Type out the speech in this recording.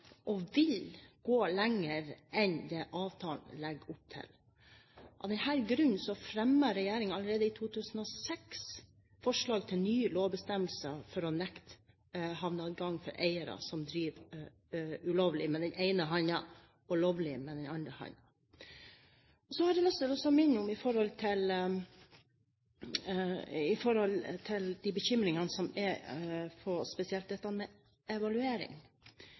og vil gå lenger enn det avtalen legger opp til. Av den grunn fremmet regjeringen allerede i 2006 forslag til nye lovbestemmelser for å nekte havneadgang til eiere som driver ulovlig med den ene hånden og lovlig med den andre. Så har jeg lyst til å minne om i forhold til bekymringene rundt spesielt dette med evaluering: